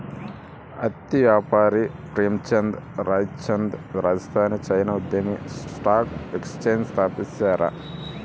ಹತ್ತಿ ವ್ಯಾಪಾರಿ ಪ್ರೇಮಚಂದ್ ರಾಯ್ಚಂದ್ ರಾಜಸ್ಥಾನಿ ಜೈನ್ ಉದ್ಯಮಿ ಸ್ಟಾಕ್ ಎಕ್ಸ್ಚೇಂಜ್ ಸ್ಥಾಪಿಸ್ಯಾರ